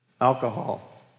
alcohol